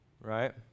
right